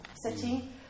setting